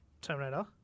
Terminator